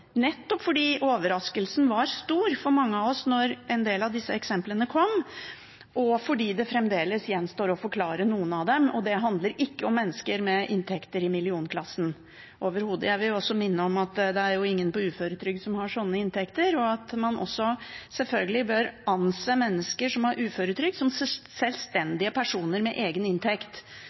nettopp fordi overraskelsen var stor for mange av oss da en del av disse eksemplene kom, og fordi det fremdeles gjenstår å forklare noen av dem. Og det handler overhodet ikke om mennesker med inntekter i millionklassen. Jeg vil også minne om at det er ingen på uføretrygd som har sånne inntekter, og at man også selvfølgelig bør anse mennesker som har uføretrygd, som sjølstendige personer med egen inntekt.